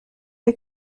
est